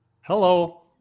Hello